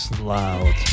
loud